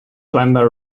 climber